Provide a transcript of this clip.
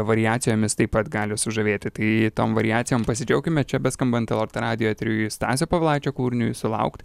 variacijomis taip pat gali sužavėti tai tom variacijom pasidžiaukime čia beskambant lrt radijo eteriui stasio povilaičio kūriniui sulaukt